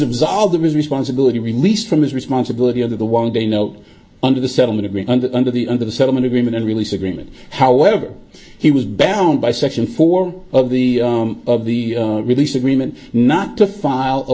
absolved of his responsibility released from his responsibility under the one day no under the settlement of me under under the under the settlement agreement and release agreement however he was balanced by section four of the of the release agreement not to file a